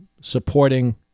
supporting